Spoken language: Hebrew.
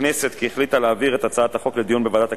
לכנסת כי החליטה להעביר את הצעת החוק לדיון בוועדת הכלכלה.